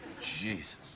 Jesus